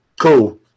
Cool